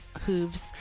Hooves